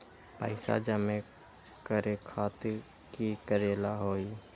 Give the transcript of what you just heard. पैसा जमा करे खातीर की करेला होई?